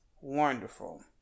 wonderful